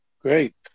Great